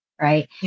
right